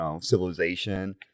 civilization